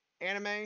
anime